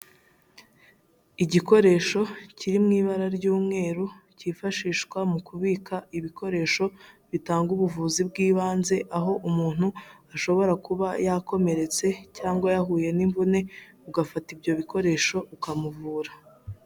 Igikoresho kiri mu ibara ry'umweru, cyifashishwa mu kubika ibikoresho bitanga ubuvuzi bw'ibanze, aho umuntu ashobora kuba yakomeretse, cyangwa yahuye n'imbone ugafata ibyo bikoresho ukamuvura.